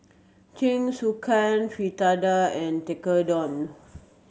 Jingisukan Fritada and Tekkadon